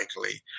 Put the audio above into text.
likely